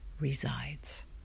resides